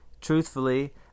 Truthfully